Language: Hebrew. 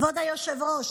כבוד היושב-ראש,